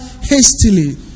hastily